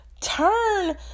turn